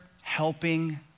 helping